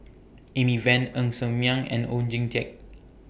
Amy Van Ng Ser Miang and Oon Jin Teik